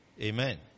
Amen